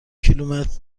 کیلومتر